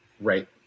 right